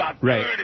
Right